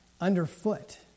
underfoot